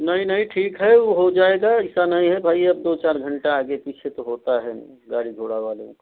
नहीं नहीं ठीक है वह हो जाएगा ऐसा नहीं है भाई अब दो चार घंटे तो आगे पीछे तो होता है गाड़ी घोड़ा वालों